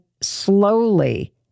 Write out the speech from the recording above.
slowly